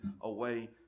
away